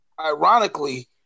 ironically